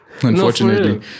Unfortunately